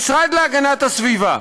המשרד להגנת הסביבה,